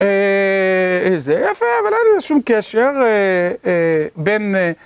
אה...זה יפה אבל אין לזה שום קשר בין...